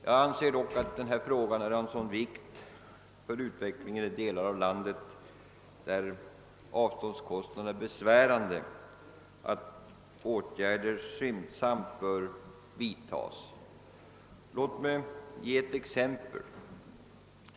Jag anser dock att den här frågan är av sådan betydelse för utvecklingen i de delar av landet där avståndskostnaderna är besvärande, att åtgärder skyndsamt bör vidtas. Låt mig anföra ett exempel.